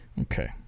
Okay